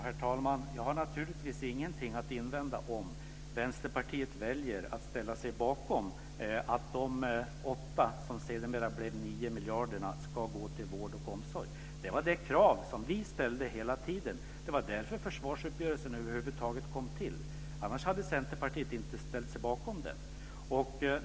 Herr talman! Jag har naturligtvis ingenting att invända om Vänsterpartiet väljer att ställa sig bakom att de 8, som sedermera blev 9, miljarderna ska gå till vård och omsorg. Det var det krav som vi ställde hela tiden. Det vara därför försvarsuppgörelsen över huvud taget kom till. Annars hade Centerpartiet inte ställt sig bakom den.